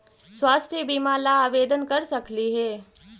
स्वास्थ्य बीमा ला आवेदन कर सकली हे?